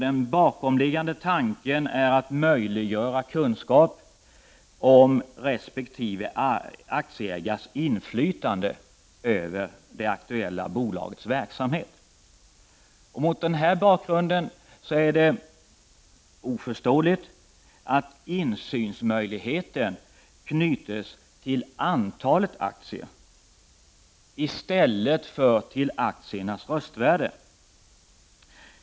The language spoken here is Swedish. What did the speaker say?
Den bakomliggande tanken är att möjliggöra kunskap om resp. aktieägares inflytande över det aktuella bolagets verksamhet. Mot denna bakgrund är det oförståeligt att insynsmöjligheten knytes till antalet aktier i stället för till aktiernas röstvärde.